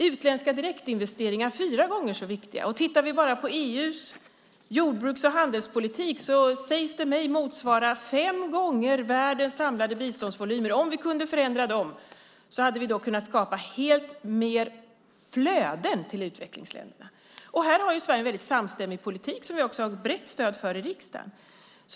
Utländska direktinvesteringar är fyra gånger så viktiga. Tittar vi bara på EU:s jordbruks och handelspolitik sägs det mig motsvara fem gånger världens samlade biståndsvolymer. Om vi kunde förändra den kunde vi skapa mycket större flöden till utvecklingsländerna. Här har Sverige en samstämmig politik som vi har brett stöd för i riksdagen.